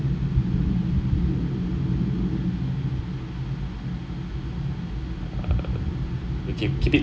err